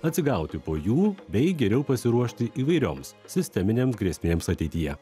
atsigauti po jų bei geriau pasiruošti įvairioms sisteminėms grėsmėms ateityje